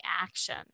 action